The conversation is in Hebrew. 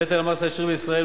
נטל המס הישיר בישראל,